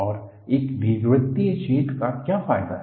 और एक दीर्घवृत्तीय छेद का क्या फायदा है